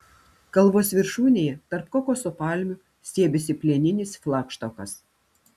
kalvos viršūnėje tarp kokoso palmių stiebėsi plieninis flagštokas